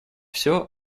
все